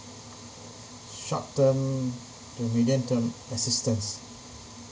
short term to medium term assistance